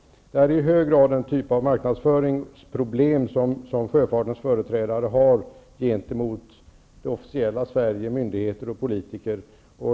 Det är i hög grad ett marknadsföringsproblem som sjöfartens företrädare har gentemot det officiella Sverige -- myndigheter och politiker.